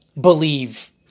believe